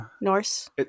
Norse